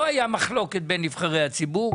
לא הייתה מחלוקת בין נבחרי הציבור.